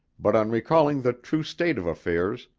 but on recalling the true state of affairs,